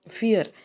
fear